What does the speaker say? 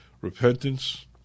Repentance